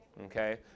okay